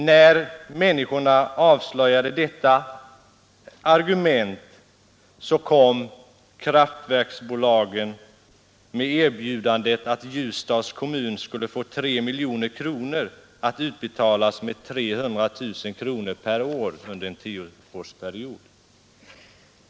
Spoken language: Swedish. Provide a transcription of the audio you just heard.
När människorna avslöjade detta argument kom kraftverksbolagen med erbjudandet att Ljusdals kommun skulle få 3 miljoner kronor att utbetalas med 300 000 kronor per år under en tioårsperiod.